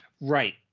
Right